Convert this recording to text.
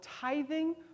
tithing